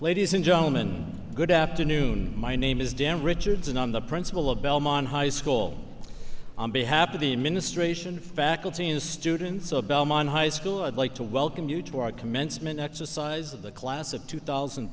ladies and gentleman good afternoon my name is dan richardson on the principal of belmont high school on behalf of the administration faculty and students of belmont high school i'd like to welcome you to our commencement exercises the class of two thousand